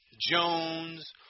Jones